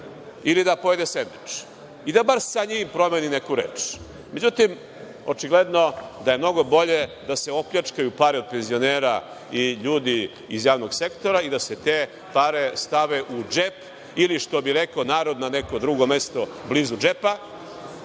ili da pojede sendvič i da bar sa njim promeni neku reč. Međutim, očigledno da je mnogo bolje da se opljačkaju pare od penzionera i ljudi iz javnog sektora i da se te pare stave u džep ili, što bi narod rekao, na neko drugo mesto blizu džepa,